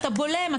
אתה בולם,